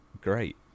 great